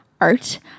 art